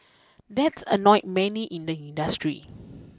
that's annoyed many in the industry